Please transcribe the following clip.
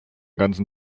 ganzen